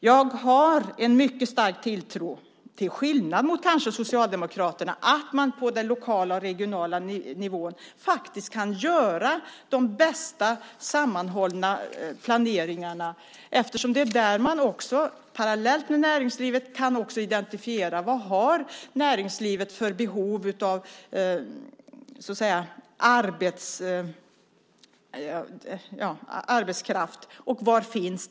Jag har en mycket stark tilltro, kanske till skillnad mot Socialdemokraterna, till att man på den lokala och regionala nivån faktiskt kan göra den bästa sammanhållna planeringen, eftersom det är där man också parallellt med näringslivet kan identifiera vad näringslivet har för behov av arbetskraft och var den finns.